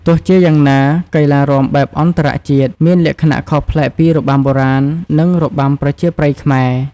ទោះជាយ៉ាងណា កីឡារាំបែបអន្តរជាតិមានលក្ខណៈខុសប្លែកពីរបាំបុរាណ និងរបាំប្រជាប្រិយខ្មែរ។